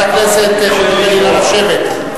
חברת הכנסת חוטובלי, נא לשבת.